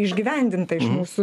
išgyvendinta iš mūsų